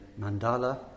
mandala